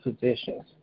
positions